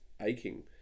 aching